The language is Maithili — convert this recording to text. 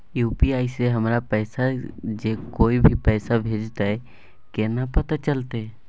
यु.पी.आई से हमरा पास जे कोय भी पैसा भेजतय केना पता चलते?